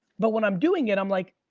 but when i'm doing it, i'm like,